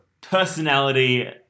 personality